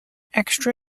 extra